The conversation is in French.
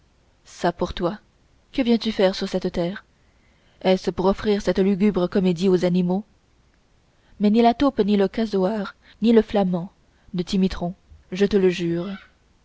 ça pour toi que viens-tu faire sur cette terre est-ce pour offrir cette lugubre comédie aux animaux mais ni la taupe ni le casoar ni le flammant ne t'imiteront je te le jure